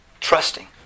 Trusting